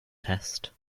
test